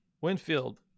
Winfield